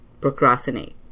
procrastinate